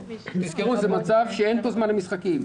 תזכרו, זה מצב שאין בו זמן למשחקים.